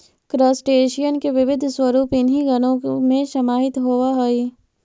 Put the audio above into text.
crustacean के विविध स्वरूप इन्हीं गणों में समाहित होवअ हई